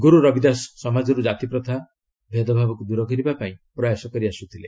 ଗ୍ରର ରବିଦାସ ସମାଜରୁ ଜାତିପ୍ରଥା ଭେଦଭାବକୁ ଦୂର କରିବା ପାଇଁ ପ୍ରୟାସ କରି ଆସ୍ତଥିଲେ